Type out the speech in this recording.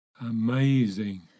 Amazing